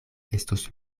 estos